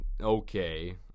okay